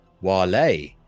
Wale